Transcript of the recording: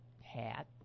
hat